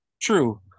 True